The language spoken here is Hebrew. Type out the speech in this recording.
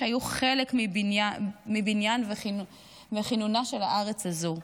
שהיו חלק מבניינה וכינונה של הארץ הזו.